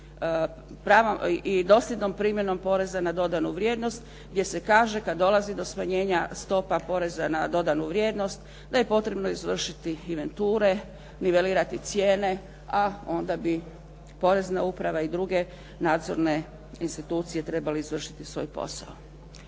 i dosljednom primjenom poreza na dodanu vrijednost, gdje se kaže kada dolazi do smanjenja stopa poreza na dodanu vrijednost da je potrebno izvršiti inventure, nivelirati cijene, a onda bi Porezana uprava i druge nadzorne institucije trebale izvršiti svoj posao.